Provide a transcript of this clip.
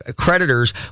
creditors